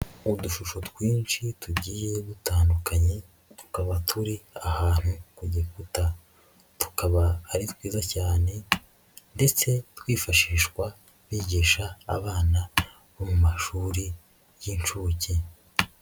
Udushusho twinshi tugiye dutandukanye tukaba turi ahantu ku gikuta, tukaba ari twiza cyane ndetse twifashishwa bigisha abana bo mu mashuri y'inshuke.